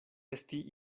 esti